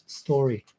story